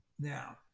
Now